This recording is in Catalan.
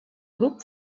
grup